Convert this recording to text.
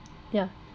ya